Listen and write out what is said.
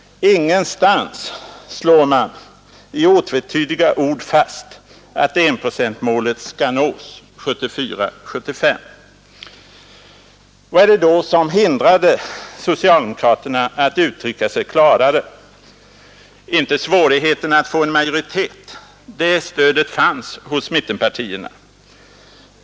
Ingenstans slår man i otvetydiga ord fast att enprocentsmålet skall nås 1974/75. Vad är det då som hindrat socialdemokraterna att uttrycka sig klarare? Inte svårigheten att få en majoritet — det stödet fanns hos mittenpartierna.